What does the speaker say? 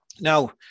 Now